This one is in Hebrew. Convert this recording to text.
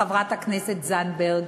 חברת הכנסת זנדברג,